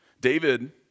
David